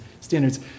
Standards